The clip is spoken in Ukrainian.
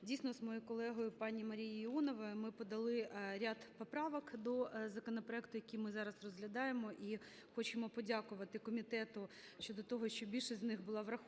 Дійсно, з моєю колегою пані Марією Іоновою ми подали ряд поправок до законопроекту, який ми зараз розглядаємо, і хочемо подякувати комітету щодо того, що більшість з них була врахована.